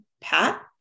pat